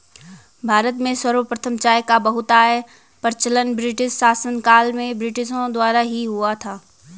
भारत में सर्वप्रथम चाय का बहुतायत प्रचलन ब्रिटिश शासनकाल में ब्रिटिशों द्वारा ही हुआ था